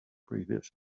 previous